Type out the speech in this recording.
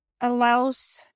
allows